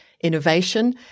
innovation